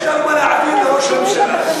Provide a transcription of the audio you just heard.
יש לנו מה להעביר לראש הממשלה.